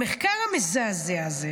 המחקר המזעזע הזה,